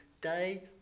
day